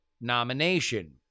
nomination